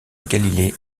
galilée